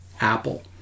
Apple